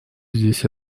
здесь